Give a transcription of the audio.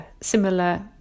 similar